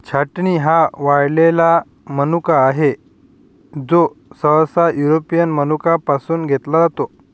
छाटणी हा वाळलेला मनुका आहे, जो सहसा युरोपियन मनुका पासून घेतला जातो